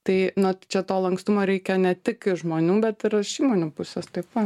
tai na čia to lankstumo reikia ne tik iš žmonių bet ir iš įmonių pusės taip pat